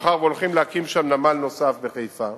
מאחר שהולכים להקים שם נמל נוסף, בחיפה,